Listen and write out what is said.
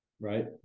right